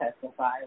testify